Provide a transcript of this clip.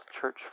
church